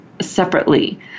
separately